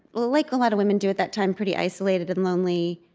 like a lot of women do at that time, pretty isolated and lonely,